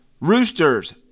Roosters